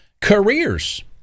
Careers